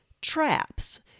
traps